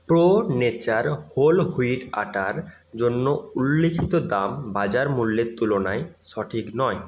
pro Nature whole wheat আটার জন্য উল্লিখিত দাম বাজার মূল্যের তুলনায় সঠিক নয়